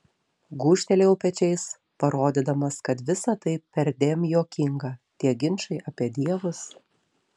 gūžtelėjau pečiais parodydamas kad visa tai perdėm juokinga tie ginčai apie dievus